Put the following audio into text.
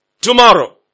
Tomorrow